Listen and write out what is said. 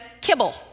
kibble